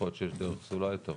יכול להיות שיש דרך זולה יותר.